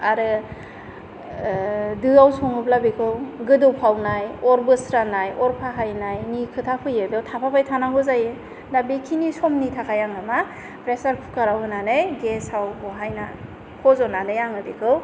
आरो दोआव सङोब्ला बेखौ गोदौफावनाय अर बोस्रानाय अर फाहायनायनि खोथा फैयो बेयाव थाफाबाय थानांगौ जायो दा बेखिनि समनि थाखाय आङो मा प्रेसार कुकाराव होनानै गेसाव बहायना फज'नानै आङो बेखौ